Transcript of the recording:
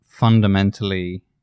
Fundamentally